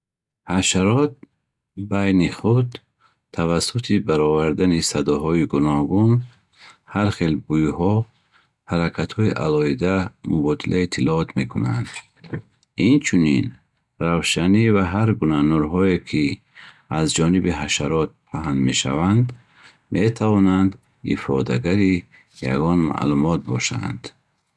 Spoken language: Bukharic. Ҳашарот байни худ тавассути баровардани садоҳои гуногун, ҳар хел буйҳо, ҳаракатҳои алоҳида мубодилаи иттилоот мекунанд. Инчунин равшанӣ ва ҳар гуна нурҳое, ки аз ҷониби ҳашарот паҳн мешаванд, метавонанд ифодагари ягон маълумот бошанд.